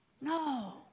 No